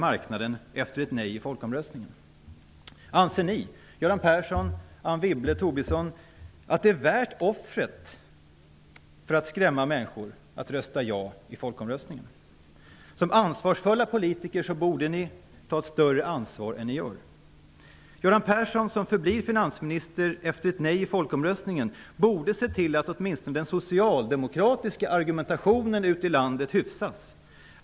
Anser ni, Göran Persson, Anne Wibble och Lars Tobisson, att det är värt offret att skrämma människor till att rösta ja i folkomröstningen? Som ansvarsfulla politiker borde ni ta ett större ansvar än vad ni gör. Göran Persson, som förblir finansminister efter ett nej i folkomröstningen, borde se till att åtminstone den socialdemokratiska argumentationen ute i landet hyfsas.